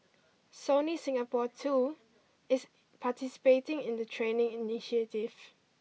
Sony Singapore too is participating in the training initiative